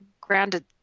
grounded